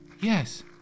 Yes